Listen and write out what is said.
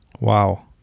Wow